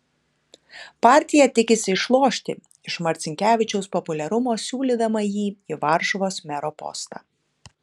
partija tikisi išlošti iš marcinkevičiaus populiarumo siūlydama jį į varšuvos mero postą